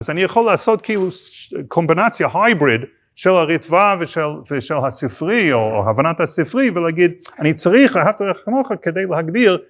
אז אני יכול לעשות כאילו קומבינציה hybrid של הריטב"א ושל הספרי או הבנת הספרי ולהגיד אני צריך ואהבת לרעך כמוך כדי להגדיר